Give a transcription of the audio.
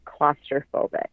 claustrophobic